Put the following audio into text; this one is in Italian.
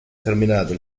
terminata